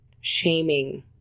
shaming